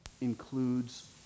includes